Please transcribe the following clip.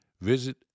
visit